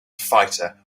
fighter